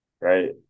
right